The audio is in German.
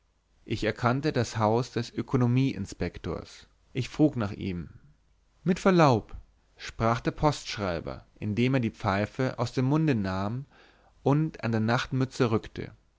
ich erkannte das haus des ökonomieinspektors ich frug nach ihm mit verlaub sprach der postschreiber indem er die pfeife aus dem munde nahm und an der nachtmütze rückte